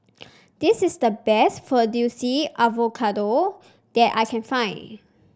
this is the best Fettuccine that I can find